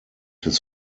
his